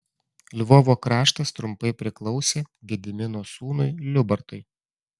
lvovo kraštas trumpai priklausė gedimino sūnui liubartui